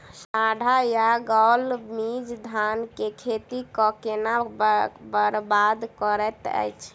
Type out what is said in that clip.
साढ़ा या गौल मीज धान केँ खेती कऽ केना बरबाद करैत अछि?